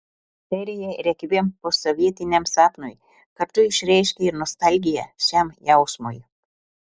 serija rekviem posovietiniam sapnui kartu išreiškia ir nostalgiją šiam jausmui